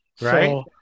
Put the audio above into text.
Right